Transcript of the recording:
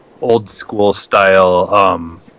old-school-style